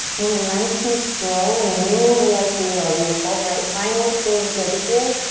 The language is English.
move nice and slow, move like you love yourself, right? find what it feels good here.